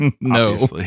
No